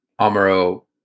Amaro